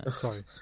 Sorry